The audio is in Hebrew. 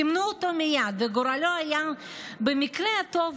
סימנו אותו מייד וגורלו היה במקרה הטוב